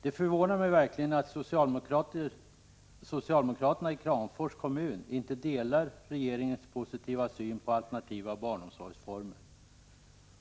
Det förvånar mig verkligen att socialdemokraterna i Kramfors kommun inte delar regeringens positiva syn på alternativa barnomsorgsformer.